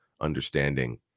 understanding